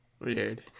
Weird